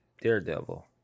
Daredevil